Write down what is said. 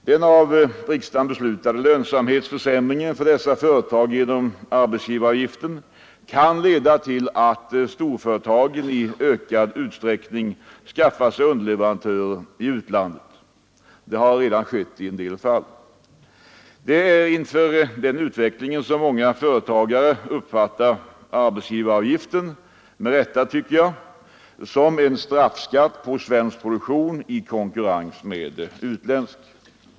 Den av riksdagen beslutade lönsamhetsförsämringen för dessa företag genom arbetsgivaravgiften kan leda till att storföretagen i ökad utsträckning skaffar sig underleverantörer i utlandet. Det har redan skett i en del fall. Det är inför den utvecklingen som många företagare med rätta, tycker jag uppfattar arbetsgivaravgiften som en straffskatt på svensk produktion i konkurrens med utländsk.